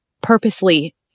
purposely